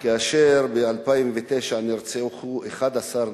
כאשר ב-2009 נרצחו 11 נשים,